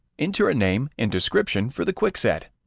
enter a name and description for the quick set,